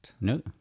No